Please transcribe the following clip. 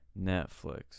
Netflix